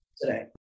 today